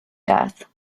death